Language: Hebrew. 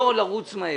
לא לרוץ מהר,